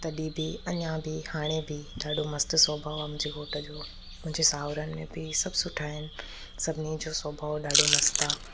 तॾहिं बि अञा बि हाणे बि ॾाढो मस्तु स्वभाव आहे मुंहिंजे घोट जो मुंहिंजे सावरनि में बि सभु सुठा आहिनि सभिनी जो स्वभाव ॾाढो मस्तु आहे